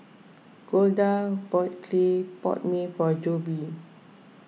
Golda bought Clay Pot Mee for Jobe